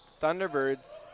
Thunderbirds